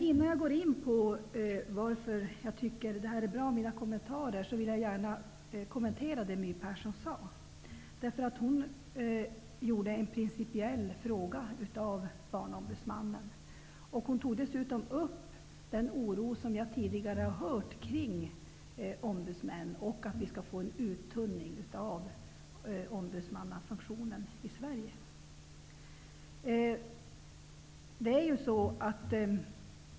Innan jag går in på varför jag tycker att en Barnombudsman är bra, vill jag gärna kommentera det My Persson sade. Hon gjorde en principiell fråga av frågan om Barnombudsmannen. Hon tog dessutom upp den oro som jag tidigare har hört finns kring ombudsmän och kring att vi skall få en uttunning av ombudsmannafunktionen i Sverige.